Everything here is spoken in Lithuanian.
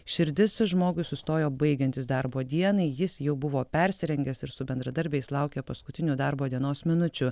širdis žmogui sustojo baigiantis darbo dienai jis jau buvo persirengęs ir su bendradarbiais laukė paskutinių darbo dienos minučių